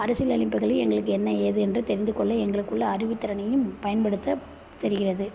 அரசியல் அமைப்புகளில் எங்களுக்கு என்ன அது என்று தெரிந்துகொள்ள எங்களுக்குள்ள அறிவுத் திறனையும் பயன்படுத்தத் தெரிகிறது